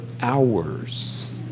hours